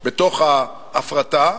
בתוך ההפרטה,